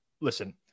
listen